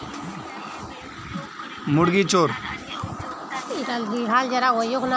सरकारेर जरिएं मौद्रिक सुधार कराल जाछेक